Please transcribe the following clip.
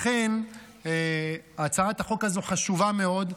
לכן הצעת החוק הזאת חשובה מאוד.